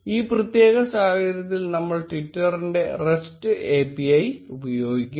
ഈ പ്രത്യേക സാഹചര്യത്തിൽ നമ്മൾ ട്വിറ്ററിന്റെ റെസ്ററ് API ഉപയോഗിക്കും